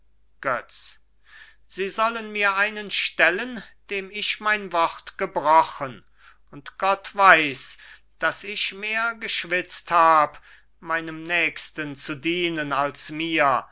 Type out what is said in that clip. götz sie sollen mir einen stellen dem ich mein wort gebrochen und gott weiß daß ich mehr geschwitzt hab meinem nächsten zu dienen als mir